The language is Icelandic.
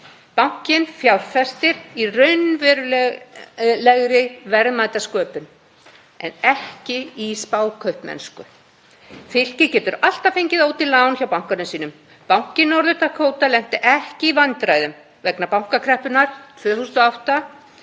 Bankinn fjárfestir í raunverulegri verðmætasköpun en ekki í spákaupmennsku. Fylkið getur alltaf fengið ódýr lán hjá bankanum sínum. Banki Norður-Dakóta lenti ekki í vandræðum vegna bankakreppunnar 2008